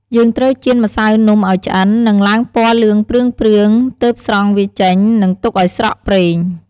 យើងត្រូវចៀនម្សៅនំឱ្យឆ្អិន និងឡើងពណ៌លឿងព្រឿងៗ ទើបស្រង់វាចេញ និងទុកឱ្យស្រក់ប្រេង។